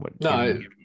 No